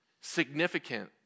significant